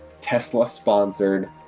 Tesla-sponsored